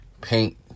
paint